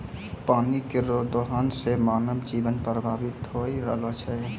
पानी केरो दोहन सें मानव जीवन प्रभावित होय रहलो छै